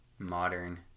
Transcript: modern